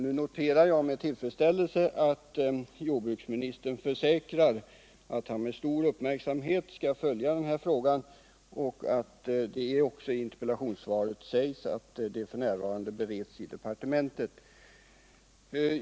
Nu noterar jag med tillfredsställelse att jordbruksministern försäkrar att han med stor uppmärksamhet skall följa den här frågan och att det i interpellationssvaret också sägs att frågan f. n. bereds i departementet.